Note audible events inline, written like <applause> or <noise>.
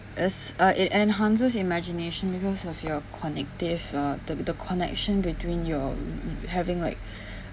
as uh it enhances imagination because of your connective uh the the connection between your having like <breath>